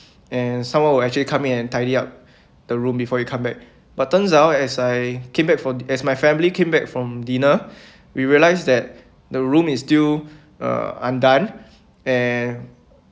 and someone will actually come in and tidy up the room before you come back but turns out as I came back for as my family came back from dinner we realised that the room is still uh undone and